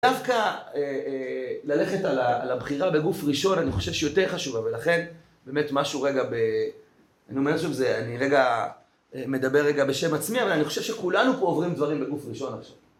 דווקא ללכת על הבחירה בגוף ראשון, אני חושב שיותר חשוב אבל לכן באמת משהו רגע, אני אומר שוב, אני רגע מדבר רגע בשם עצמי אבל אני חושב שכולנו פה עוברים דברים בגוף ראשון עכשיו.